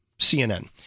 CNN